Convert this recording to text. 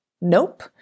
Nope